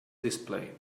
display